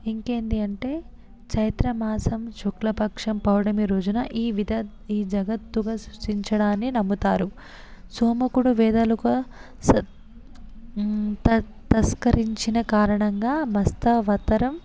ఇంకేంటి అంటే చైత్రమాసం శుక్లపక్షం పౌర్ణమి రోజున వివిధ జగత్తుగా సృష్టించడాన్నే నమ్ముతారు సామాకుడు వేదాలుగా స్ తస్ తస్కరించిన కారణంగా మస్తావతారం